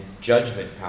judgment